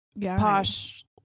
posh